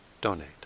donate